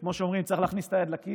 כמו שאומרים, שצריך להכניס את היד לכיס,